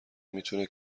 میتونه